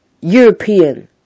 European